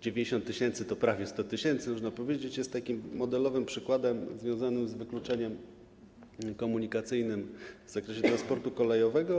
90 tys. to prawie 100 tys., można powiedzieć - jest modelowym przykładem związanym z wykluczeniem komunikacyjnym w zakresie transportu kolejowego.